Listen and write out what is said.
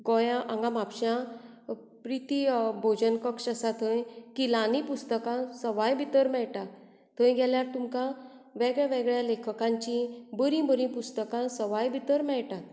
गोंयां हांगा म्हापश्यां प्रिती बोजन कक्ष आसा थंय किलांनी पुस्तकां सवाय भितर मेळटा थंय गेल्यार तुमकां वेगळ्या वेगळ्या लेखकांचीं बरीं बरीं पुस्तकां सवाय भितर मेळटात